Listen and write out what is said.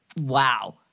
Wow